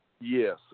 Yes